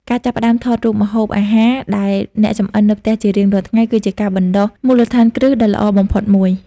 ការចាប់ផ្តើមថតរូបម្ហូបអាហារដែលអ្នកចម្អិននៅផ្ទះជារៀងរាល់ថ្ងៃ គឺជាការបណ្តុះមូលដ្ឋានគ្រឹះដ៏ល្អបំផុតមួយ។